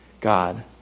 God